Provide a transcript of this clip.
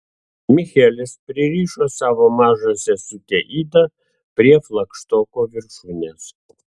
michelis pririšo savo mažą sesutę idą prie flagštoko viršūnės